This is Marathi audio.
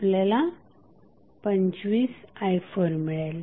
आपल्याला 25i4 मिळेल